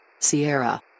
Sierra